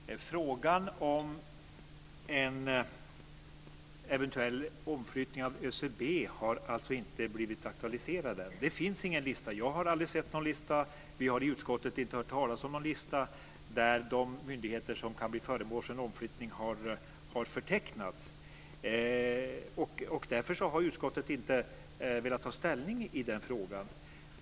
Fru talman! Frågan om en eventuell omflyttning av ÖCB har alltså inte blivit aktualiserad än. Det finns ingen lista. Jag har aldrig sett någon lista, och vi har i utskottet inte hört talas om någon lista där de myndigheter som kan bli föremål för omflyttning har förtecknats. Därför har utskottet inte velat ta ställning i den frågan.